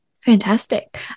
Fantastic